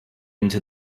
into